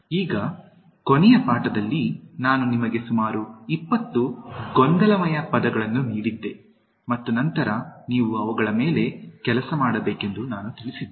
ಈಗ ಕೊನೆಯ ಪಾಠದಲ್ಲಿ ನಾನು ನಿಮಗೆ ಸುಮಾರು 20 ಗೊಂದಲಮಯ ಪದಗಳನ್ನು ನೀಡಿದ್ದೆ ಮತ್ತು ನಂತರ ನೀವು ಅವುಗಳ ಮೇಲೆ ಕೆಲಸ ಮಾಡಬೇಕೆಂದು ನಾನು ತಿಳಿಸಿದ್ದೆ